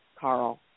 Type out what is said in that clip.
Carl